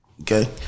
Okay